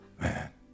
Man